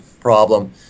Problem